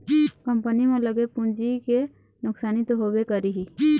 company म लगे पूंजी के नुकसानी तो होबे करही